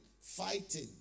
fighting